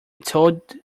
told